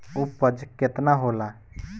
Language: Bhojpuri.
उपज केतना होला?